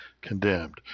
condemned